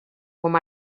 com